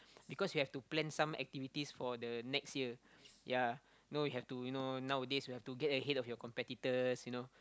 because you have to plan some activities for the next year ya no you have to you know nowadays you have to get ahead of your competitors you know